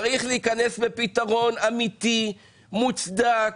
צריך להיכנס לפתרון אמיתי, מוצדק,